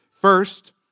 First